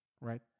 right